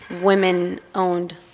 women-owned